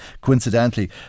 Coincidentally